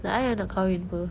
like I yang nak kahwin [pe]